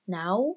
now